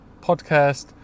podcast